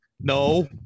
No